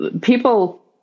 people